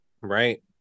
Right